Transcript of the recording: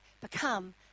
become